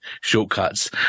shortcuts